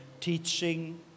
teaching